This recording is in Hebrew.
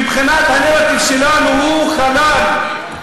מבחינת הנרטיב שלנו הוא חלל.